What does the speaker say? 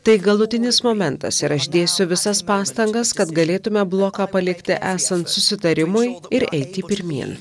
tai galutinis momentas ir aš dėsiu visas pastangas kad galėtume bloką palikti esant susitarimui ir eiti pirmyn